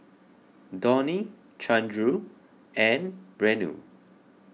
Dhoni Chandra and Renu